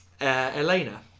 Elena